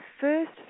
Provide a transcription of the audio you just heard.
first